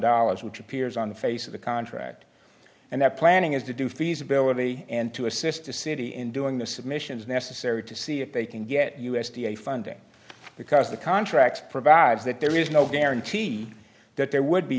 dollars which appears on the face of the contract and that planning is to do feasibility and to assist the city in doing the submissions necessary to see if they can get u s d a funding because the contract provides that there is no guarantee that there would be